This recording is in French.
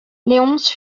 léonce